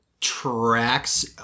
tracks